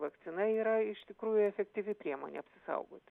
vakcina yra iš tikrųjų efektyvi priemonė apsisaugot